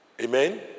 amen